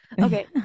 okay